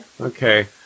Okay